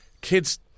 kids